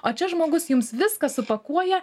o čia žmogus jums viską supakuoja